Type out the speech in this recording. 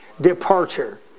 departure